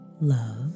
love